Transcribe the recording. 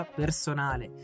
personale